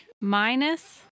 Minus